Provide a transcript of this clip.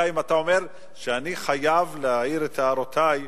אלא אם כן אתה אומר: אני חייב להעיר את הערותי,